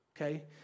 okay